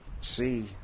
see